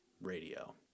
radio